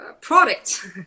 product